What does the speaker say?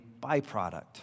byproduct